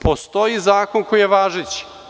Postoji zakon koji je važeći.